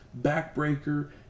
backbreaker